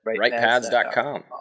RightPads.com